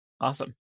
Awesome